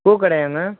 பூக்கடையாங்க